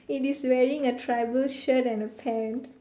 it is wearing a tribal shirt and a pants